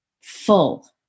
full